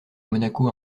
monaco